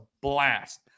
blast